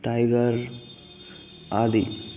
tiger आदि